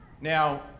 now